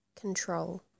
control